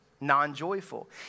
non-joyful